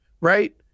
right